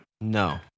No